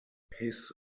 his